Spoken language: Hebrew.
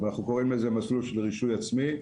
אנחנו קוראים לזה מסלול של רישוי עצמי.